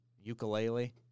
ukulele